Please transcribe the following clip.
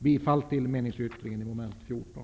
Bifall till meningsyttringen i mom. 14.